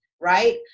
right